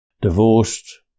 divorced